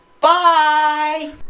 Bye